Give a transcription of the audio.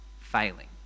failing